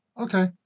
Okay